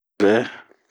Sinvɛɛ.